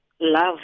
love